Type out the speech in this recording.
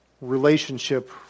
relationship